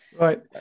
Right